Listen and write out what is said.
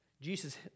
Jesus